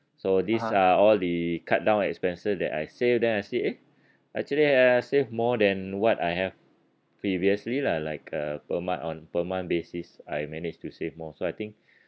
so these are all the cut down expenses that I save then I see eh actually I save more than what I have previously lah like a per month on per month basis I managed to save more so I think